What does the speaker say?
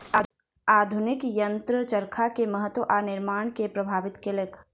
आधुनिक यंत्र चरखा के महत्त्व आ निर्माण के प्रभावित केलक